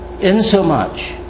Insomuch